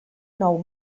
nou